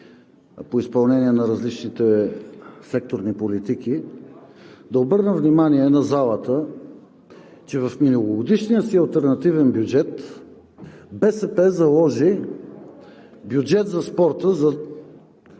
по изпълнение на различните секторни политики, да обърнем внимание на залата, че в миналогодишния си алтернативен бюджет БСП заложи бюджет за спорта за